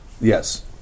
yes